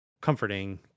comforting